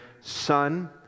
son